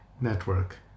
network